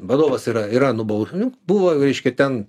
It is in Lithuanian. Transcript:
vadovas yra nubau nu buvo reiškia ten